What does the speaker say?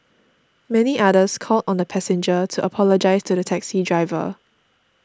many others called on the passenger to apologise to the taxi driver